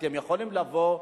אתם יכולים לבוא,